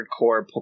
hardcore